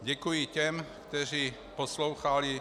Děkuji těm, kteří poslouchali.